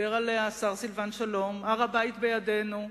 דיבר עליה השר סילבן שלום, "הר-הבית בידינו"